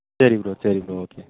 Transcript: சரி ப்ரோ சரி bro okay